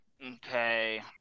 Okay